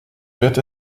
wird